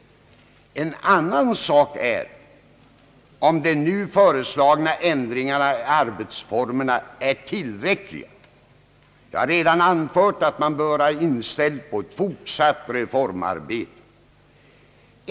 En annan sak är om de nu föreslagna ändringarna i arbetsformerna är tillräckliga. Jag har redan anfört att man bör vara inställd på ett fortsatt reformarbete.